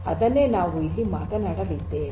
ಅದನ್ನೇ ನಾವು ಇಲ್ಲಿ ಮಾತನಾಡಲಿದ್ದೇವೆ